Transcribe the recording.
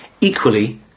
Equally